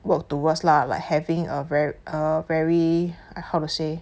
work towards lah like having a ver~ a very how to say